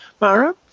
Mara